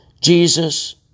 Jesus